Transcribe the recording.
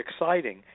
exciting